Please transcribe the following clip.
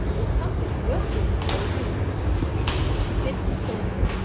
or something worse will befall you she bit before her,